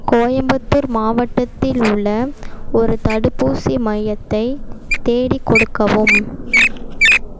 கோயம்புத்தூர் மாவட்டத்தில் உள்ள ஒரு தடுப்பூசி மையத்தை தேடிக் கொடுக்கவும்